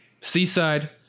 seaside